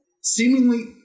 seemingly